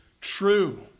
true